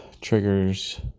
triggers